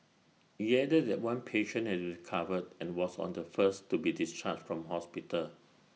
IT added that one patient has recovered and was on the first to be discharged from hospital